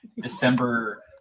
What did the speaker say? December –